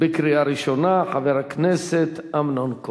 הרווחה והבריאות נתקבלה.